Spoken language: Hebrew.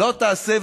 לא תעשה,